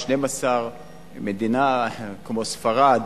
12%. מדינה כמו ספרד